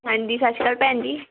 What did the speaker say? ਹਾਂਜੀ ਸਤਿ ਸ਼੍ਰੀ ਅਕਾਲ ਭੈਣ ਜੀ